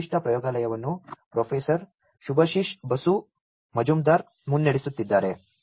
ಈ ನಿರ್ದಿಷ್ಟ ಪ್ರಯೋಗಾಲಯವನ್ನು ಪ್ರೊಫೆಸರ್ ಸುಭಾಶಿಶ್ ಬಸು ಮಜುಂದಾರ್ ಮುನ್ನಡೆಸುತ್ತಿದ್ದಾರೆ